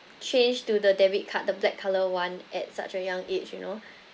change to the debit card the black colour one at such a young age you know